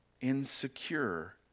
insecure